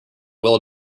will